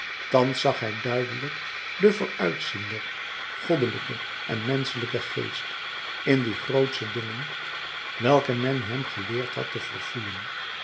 thans zag hij duidelijk den vooruitziender goddelijken en menschelijken geest in die grootsche dingen welke men hem geleerd had te verfoeien